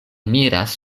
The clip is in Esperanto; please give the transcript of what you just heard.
miras